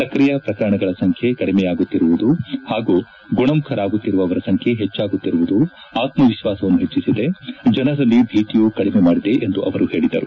ಸಕ್ರಿಯ ಪ್ರಕರಣಗಳ ಸಂಖ್ಲೆ ಕಡಿಮೆಯಾಗುತ್ತಿರುವುದು ಹಾಗೂ ಗುಣಮುಖರಾಗುತ್ತಿರುವವರ ಸಂಖ್ಲೆ ಹೆಚ್ಚಾಗುತ್ತಿರುವುದು ಆತ್ಮವಿಶ್ವಾಸವನ್ನು ಹೆಚ್ಚಿಸಿದೆ ಜನರಲ್ಲಿ ಭೀತಿಯೂ ಕಡಿಮೆ ಮಾಡಿದೆ ಎಂದು ಅವರು ಹೇಳಿದರು